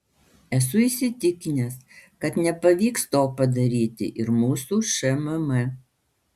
esu įsitikinęs kad nepavyks to padaryti ir mūsų šmm